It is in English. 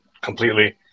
completely